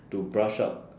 to brush up